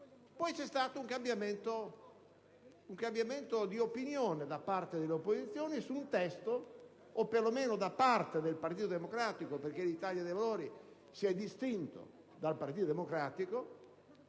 Poi c'è stato un cambiamento di opinione da parte delle opposizioni, o perlomeno da parte del Partito Democratico (perché l'Italia dei Valori si è distinta dal Partito Democratico):